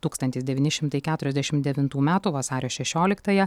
tūkstantis devyni šimtai keturiasdešimt devintų metų vasario šešioliktąją